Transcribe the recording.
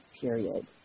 period